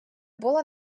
було